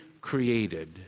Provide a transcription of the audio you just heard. created